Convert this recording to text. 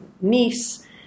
niece